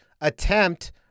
attempt